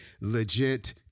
legit